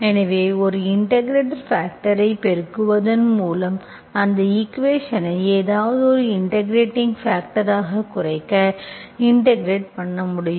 எனவே ஒரு இன்டெகிரெட்பாக்டர்ஐப் பெருக்குவதன் மூலம் அந்த ஈக்குவேஷன்ஸ்ஐ ஏதோவொரு இன்டெகிரெட்பாக்டர் ஆகக் குறைக்க இன்டெகிரெட் பண்ண முடியும்